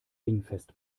dingfest